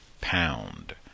pound